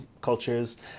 cultures